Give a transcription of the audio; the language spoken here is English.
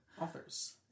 authors